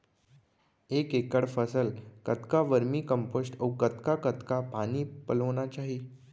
एक एकड़ फसल कतका वर्मीकम्पोस्ट अऊ कतका कतका पानी पलोना चाही?